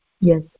yes